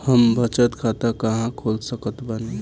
हम बचत खाता कहां खोल सकत बानी?